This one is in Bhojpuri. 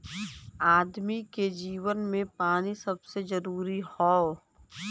आदमी के जीवन मे पानी सबसे जरूरी हौ